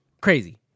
Crazy